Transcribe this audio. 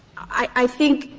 i think